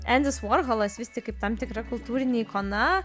endis vorholas vis tik kaip tam tikra kultūrinė ikona